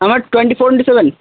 আমার twenty four into seven